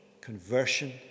Conversion